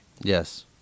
Yes